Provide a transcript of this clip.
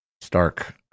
stark